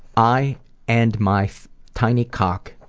i and my tiny cock,